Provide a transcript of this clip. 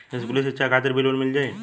इस्कुली शिक्षा खातिर भी लोन मिल जाई?